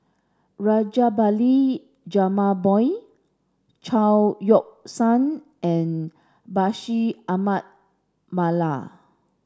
Rajabali Jumabhoy Chao Yoke San and Bashir Ahmad Mallal